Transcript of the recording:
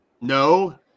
no